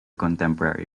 contemporary